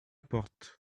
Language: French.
porte